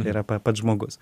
yra pa pats žmogus